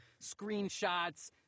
screenshots